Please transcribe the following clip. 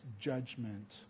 judgment